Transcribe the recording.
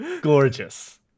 Gorgeous